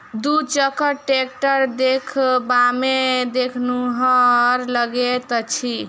दू चक्का टेक्टर देखबामे देखनुहुर लगैत अछि